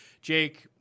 jake